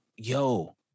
yo